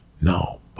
No